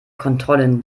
kontrollen